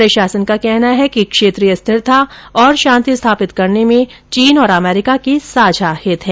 प्रशासन का कहना है कि क्षेत्रीय स्थिरता और शांति स्थापित करने में चीन और अमरीका के साझा हित हैं